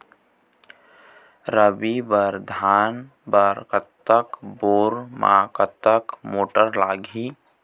रबी बर धान बर कतक बोर म कतक मोटर लागिही?